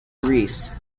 greece